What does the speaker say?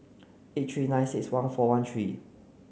eight three nine six one four one three